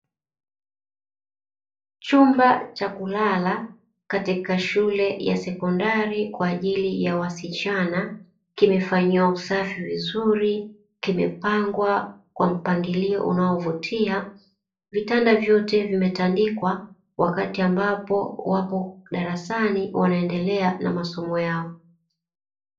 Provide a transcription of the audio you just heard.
Chumba cha kulala katika shule ya sekondari kwa ajili ya wasichana, kimefanyiwa usafi vizuri kimepangwa kwa mpangilio unao vutia, vitanda vyote vimetandikwa wakati ambapo wapo darasani wanaendelea na masomo yao.